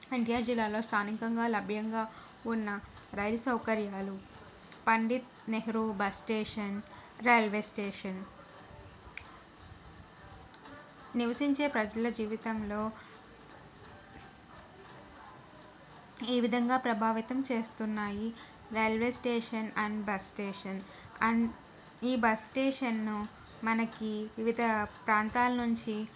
ఎన్టిఆర్ జిల్లాలో స్థానికంగా లభ్యంగా ఉన్న రైలు సౌకర్యాలు Pandit Nehru bus station railway station నివసించే ప్రజల జీవితంలో ఈ విధంగా ప్రభావితం చేస్తున్నాయి railway station and bus station and ఈ బస్ స్టేషన్ను మనకి వివిధ ప్రాంతాల నుంచి